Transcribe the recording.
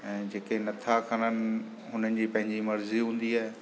ऐं जेके नथा खणनि उन्हनि जी पंहिंजी मर्ज़ी हूंदी आहे